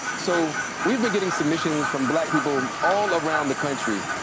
so, we've been getting submissions from black people all around the country.